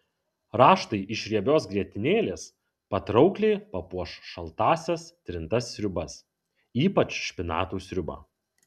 raštai iš riebios grietinėlės patraukliai papuoš šaltąsias trintas sriubas ypač špinatų sriubą